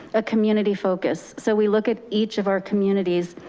a community focus. so we look at each of our communities,